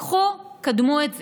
קחו, קדמו את זה.